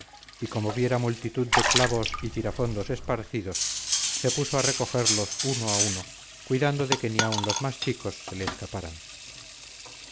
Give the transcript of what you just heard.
y como viera multitud de clavos y tirafondos esparcidos se puso a recogerlos uno a uno cuidando de que ni aun los más chicos se le escaparan